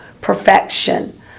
perfection